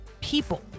people